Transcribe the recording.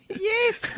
Yes